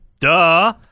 Duh